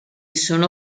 sono